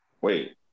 Wait